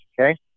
Okay